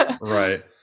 Right